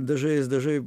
dažais dažai